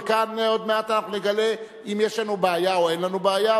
וכאן עוד מעט נגלה אם יש לנו בעיה או אין לנו בעיה.